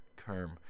Kerm